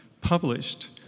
published